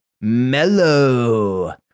mellow